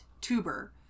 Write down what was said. tuber